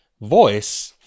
voice